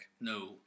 No